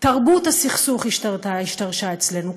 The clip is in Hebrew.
תרבות הסכסוך השתרשה אצלנו,